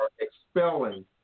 expelling